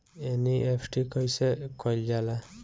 NEFT कइसे कइल जाला?